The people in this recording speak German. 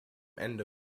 ende